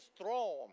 throne